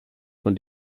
von